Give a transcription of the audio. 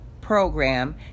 program